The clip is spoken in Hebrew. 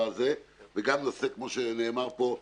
וגם נעשה כמו שנאמר פה,